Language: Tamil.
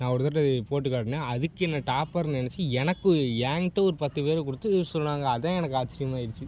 நான் ஒரு தடவை போட்டுக் காட்டினேன் அதுக்கு என்னை டாப்பர்னு நினைச்சு எனக்கு என் கிட்டே ஒரு பத்து பேர் கொடுத்து சொன்னாங்க அதுதான் எனக்கு ஆச்சரியமாகிருச்சு